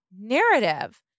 narrative